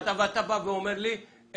אתה אומר לי,